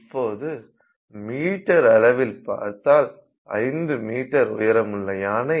இப்போது மீட்டர் அளவில் பார்த்தால் 5 மீட்டர் உயரமுள்ள யானை மற்றும் 1